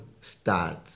start